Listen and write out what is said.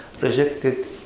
rejected